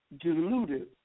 diluted